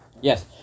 Yes